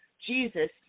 Jesus